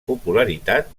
popularitat